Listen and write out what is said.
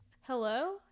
hello